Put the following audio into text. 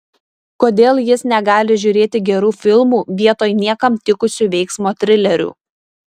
kodėl jis negali žiūrėti gerų filmų vietoj niekam tikusių veiksmo trilerių